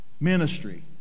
Ministry